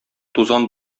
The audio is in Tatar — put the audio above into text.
тузан